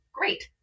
Great